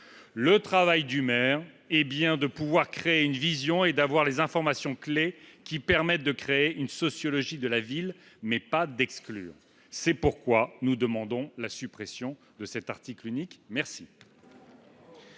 Le travail du maire est bien de dégager une vision et d’avoir les informations clés qui permettent de créer une sociologie de la ville ; il n’est pas d’exclure. C’est pourquoi nous demandons la suppression de cet article unique. Quel